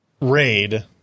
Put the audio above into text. RAID